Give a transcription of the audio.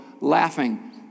laughing